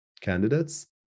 candidates